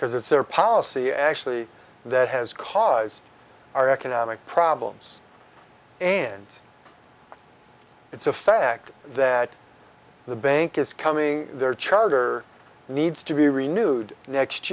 because it's their policy actually that has caused our economic problems and it's a fact that the bank is coming their charter needs to be renewed next